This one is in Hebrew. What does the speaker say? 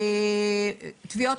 תביעות